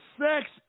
sex